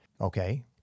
Okay